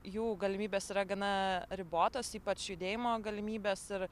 jų galimybės yra gana ribotos ypač judėjimo galimybės ir